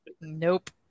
Nope